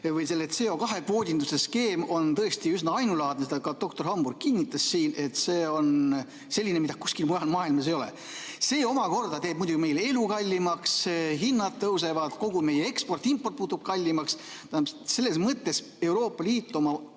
või CO2‑kvoodinduse skeem on tõesti üsna ainulaadne, seda ka doktor Hamburg kinnitas siin, et see on selline, mida kuskil mujal maailmas ei ole. See teeb muidugi meil elu kallimaks, hinnad tõusevad, kogu meie eksport-import muutub kallimaks. Tähendab, selles mõttes Euroopa Liit oma